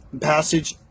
passage